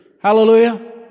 Hallelujah